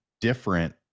different